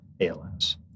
ALS